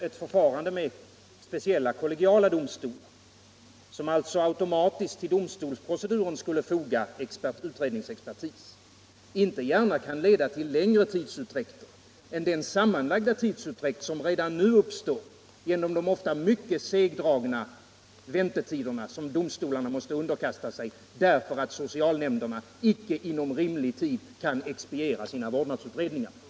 Ett förfarande med speciella kollegiala domstolar, som automatiskt vid domstolsproceduren använder sig av utredningsexpertis, kan väl inte gärna förorsaka längre tidsutdräkter än den sammanlagda tidsutdräkt som redan nu uppstår genom de ofta mycket segdragna väntetider som domstolarna måste underkasta sig därför att socialnämnderna inte inom rimlig tid kan expediera sina vårdnadsutredningar.